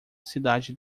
cidade